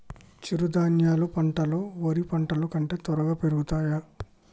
చిరుధాన్యాలు పంటలు వరి పంటలు కంటే త్వరగా పెరుగుతయా?